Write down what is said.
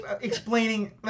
explaining